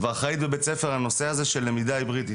ואחראית בבית הספר על הנושא הזה של למידה היברידית.